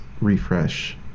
refresh